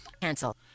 Cancel